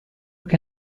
che